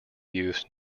use